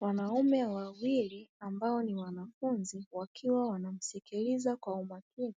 Wanaume wawili ambao ni wanafunzi wakiwa wanamsikiliza kwa umakini